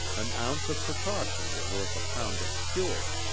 an ounce of precaution was worth a pound of cure.